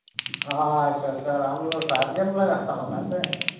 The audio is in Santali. ᱟᱪᱪᱷᱟ ᱟᱪᱪᱷᱟ ᱥᱟᱨ ᱟᱢ ᱫᱚ ᱥᱟᱦᱮᱵᱽ ᱜᱮᱢ ᱞᱟᱹᱭᱮᱫᱼᱟ ᱥᱟᱵᱟᱠᱟᱜᱼᱟ ᱥᱮ